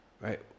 right